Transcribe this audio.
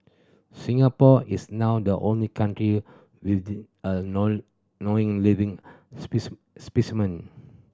Singapore is now the only country with the a known knowing living specimen